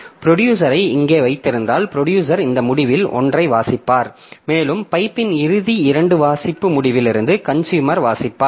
ப்ரொடியூசரை இங்கே வைத்திருந்தால் ப்ரொடியூசர் இந்த முடிவில் ஒன்றை வாசிப்பார் மேலும் பைப்பின் இறுதி இரண்டு வாசிப்பு முடிவிலிருந்து கன்சுயூமர் வாசிப்பார்